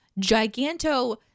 giganto